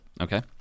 Okay